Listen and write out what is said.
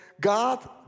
God